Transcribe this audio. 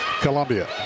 Columbia